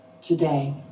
Today